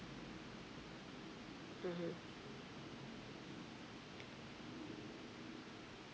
mmhmm